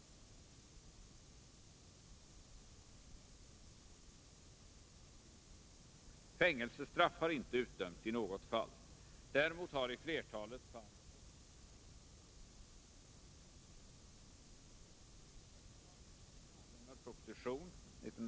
Dagsböternas storlek har varierat mellan 10 och 70 kr. Fängelse 191 straff har inte utdömts i något fall. Däremot har i flertalet fall fångst och redskap förverkats.